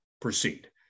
proceed